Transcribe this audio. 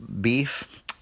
beef